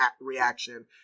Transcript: reaction